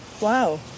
Wow